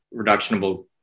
reductionable